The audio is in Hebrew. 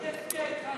אני אצביע אתך.